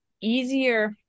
easier